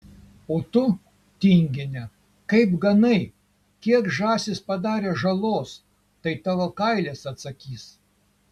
o tu tingine kaip ganai kiek žąsys padarė žalos tai tavo kailis atsakys